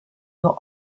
nur